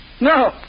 No